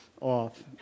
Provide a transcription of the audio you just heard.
off